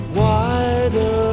wider